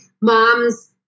moms